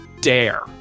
dare